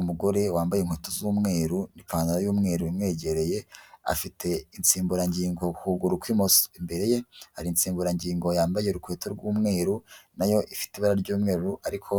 Umugore wambaye inkweto z'umweru n'ipantaro y'umweru imwegereye, afite insimburangingo ku kuguru kw'imoso, imbere ye hari insimburangingo yambaye urukweta rw'umweru na yo ifite ibara ry'umweruru ariko